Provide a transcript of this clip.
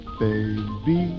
baby